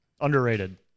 Underrated